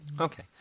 Okay